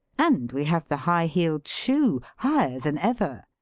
and we have the high-heeled shoe, higher than ever.